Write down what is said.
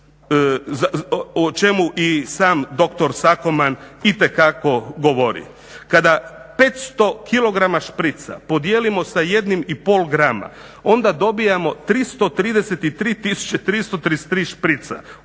o čemu i sam dr. Sakoman itekako govori. Kada 500 kg šprica podijelimo sa 1,5 grama onda dobijemo 333 tisuće 333 šprice